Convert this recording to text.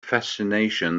fascination